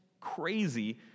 crazy